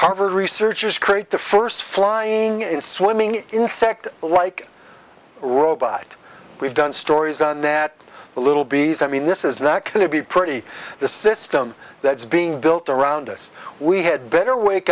harvard researchers create the first flying in swimming insect like robot we've done stories on that little bees i mean this is not going to be pretty the system that's being built around us we had better wake